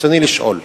רצוני לשאול: